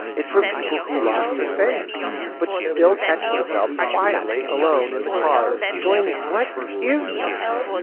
it's for people who lost their faith but still catch themselves quietly alone in the car going, what is this?